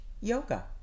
yoga